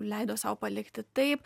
leido sau palikti taip